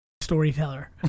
storyteller